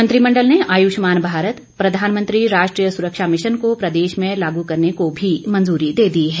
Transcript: मंत्रिमंडल ने आयुष्मान भारत प्रधानमंत्री राष्ट्रीय सुरक्षा मिशन को प्रदेश में लागू करने को भी मंजूरी दे दी है